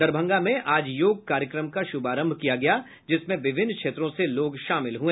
दरभंगा में आज योग कार्यक्रम का शुभारंभ किया गया जिसमें विभिन्न क्षेत्रों से लोग शामिल हुए